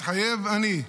מתחייב אני.